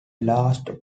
last